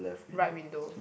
right window